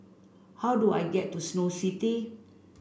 how do I get to Snow City